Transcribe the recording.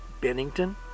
Bennington